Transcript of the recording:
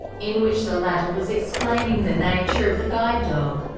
in which the latter was explaining the nature of the guide dog.